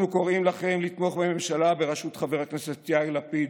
אנחנו קוראים לכם לתמוך בממשלה בראשות חבר הכנסת יאיר לפיד,